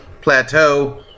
plateau